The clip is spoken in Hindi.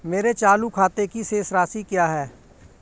मेरे चालू खाते की शेष राशि क्या है?